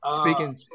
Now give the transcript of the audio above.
Speaking